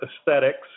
aesthetics